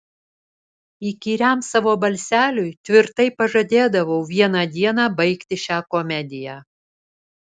įkyriam savo balseliui tvirtai pažadėdavau vieną dieną baigti šią komediją